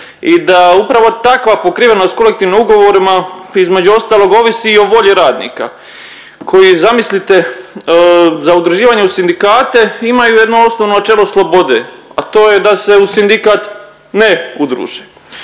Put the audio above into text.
i da upravo takva pokrivenost kolektivnim ugovorima, između ostalog ovisi i o volji radnika, koji zamislite za udruživanje u sindikate, imaju jedno osnovno načelo slobode, a to je da se u sindikat ne udruže.